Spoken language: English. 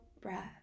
breath